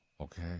Okay